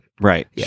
Right